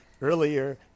earlier